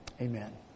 Amen